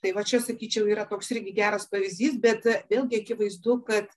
tai va čia sakyčiau yra toks irgi geras pavyzdys bet vėlgi akivaizdu kad